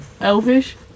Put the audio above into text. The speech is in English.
Elvish